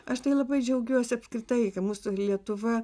aš tai labai džiaugiuosi apskritai kad mūsų lietuva